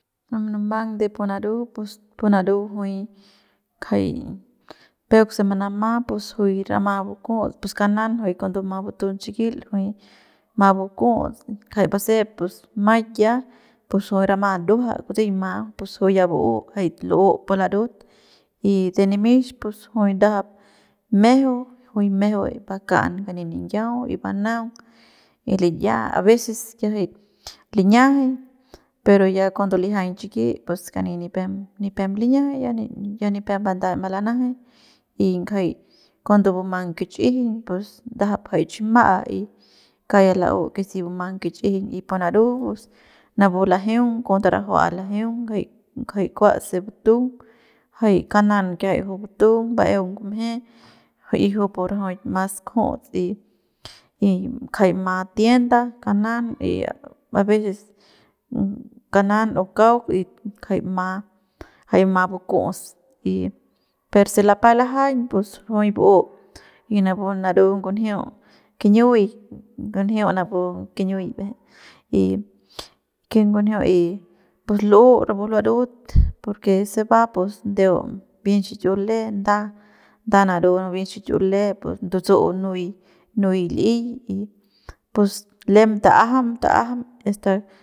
Kauk munumang de pu naru pus pu naru juy kjay peuk se manama pus juy rama buku'uts pus kanan juy cuando ma butun xikil juy ma buku'uts kjay basep maik ya pus juy rama nduaja kutsiñma pus juy ya bu'u jay l'u pu larut y de nimix pus juy ndajap mejeu juy mejeu bakan kani niyau y banaung y liya a veces kiajay liñajay pero ya cuando lijiañ chiki pus kani nipem nipem liñajay ya nipep mbandach malanajay y ngjai cuando bumang kich'ijiñ pus ndajap jay chi ma'a kauk ya la'u que si bumang kich'ijiñ y pu naru pus napu lajeung cuando rajua lajeung jay ngajay kuase butung jay kanan kiajay juy butung ba'eung ngumjey kujupu rajuik mas kjuts y y kjay ma tienda kanan y a veces kanan o kauk ma ngajay ma jay ma buku'us y perse lapay lajaiñ pus juy bu'u napu naru ngunjiu kiñiuy ngunjiu napu kiñiuy baejey y ken ngunjiu y pus l'u rapu larut porque se va ndeu bien xichulet nda nda naru napu bien xichule pus ndutsu'u nuy li'i y pus lem ta'ajam ta'ajam asta.